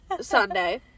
Sunday